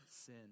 sin